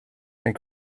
and